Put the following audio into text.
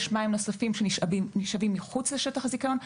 יש מים נוספים שנשאבים מחוץ לשטח הזיכיון.